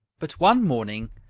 but one morning,